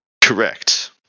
Correct